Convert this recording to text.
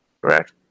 Correct